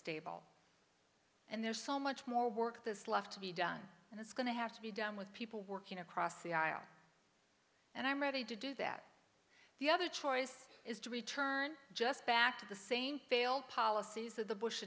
stable and there's so much more work this left to be done and that's going to have to be done with people working across the aisle and i'm ready to do that the other choice is to return just back to the same failed policies of the bush